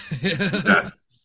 Yes